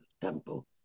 temple